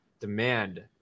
demand